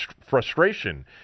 frustration